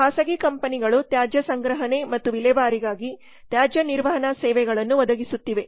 ಖಾಸಗಿ ಕಂಪನಿಗಳು ತ್ಯಾಜ್ಯ ಸಂಗ್ರಹಣೆ ಮತ್ತು ವಿಲೇವಾರಿಗಾಗಿ ತ್ಯಾಜ್ಯ ನಿರ್ವಹಣಾ ಸೇವೆಗಳನ್ನು ಒದಗಿಸುತ್ತಿವೆ